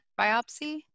biopsy